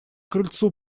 крыльцу